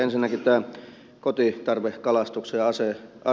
ensinnäkin tämä kotitarvekalastuksen asema